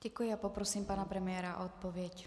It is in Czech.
Děkuji a poprosím pana premiéra o odpověď.